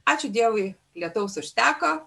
ačiū dievui lietaus užteko